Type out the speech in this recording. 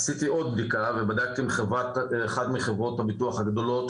עשיתי עוד ובדקתי עם אחת מחברות הביטוח הגדולות,